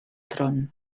tron